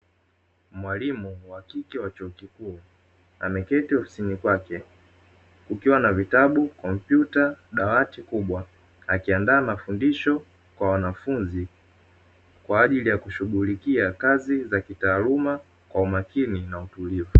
Mwalimu wa kike wa chuo kikuu, ameketi ofisini kwake kukiwa na vitabu, kompyuta, dawati kubwa; akiandaa mafundisho kwa wanafunzi kwa ajili ya kushughulikia kazi za kitaaluma kwa umakini na utulivu.